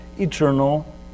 eternal